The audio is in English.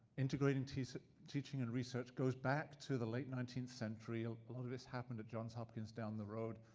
integrating teaching teaching and research, goes back to the late nineteenth century. ah ah all of this happened at johns hopkins down the road.